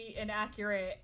inaccurate